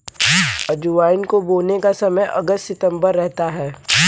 अजवाइन को बोने का समय अगस्त सितंबर रहता है